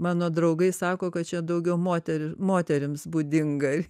mano draugai sako kad čia daugiau moteri moterims būdinga